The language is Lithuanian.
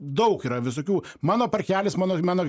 daug yra visokių mano parkelis mano mano